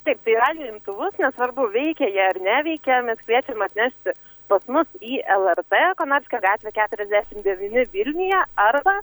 taip tai radijo imtuvus nesvarbu veikia jie ar neveikia mes kviečiame atnešti pas mus į lrt konarskio gatvė keturiasdešim devyni vilniuje arba